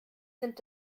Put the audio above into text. sind